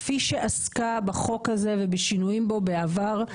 כפי שעסקה בחוק הזה ובשינויים בו בעבר,